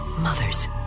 Mothers